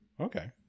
Okay